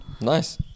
Nice